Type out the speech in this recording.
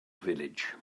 village